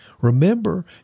Remember